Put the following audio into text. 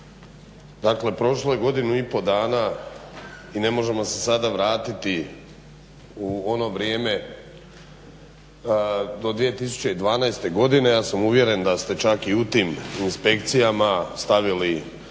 Dakle prošlo je godinu i pol dana i ne možemo se sada vratiti u ono vrijeme do 2012. godine, ja sam uvjeren da ste čak i u tim inspekcijama stavili